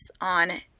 on